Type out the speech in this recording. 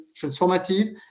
transformative